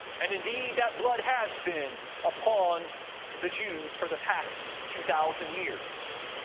and indeed that blood has been upon the jews for the past two thousand years.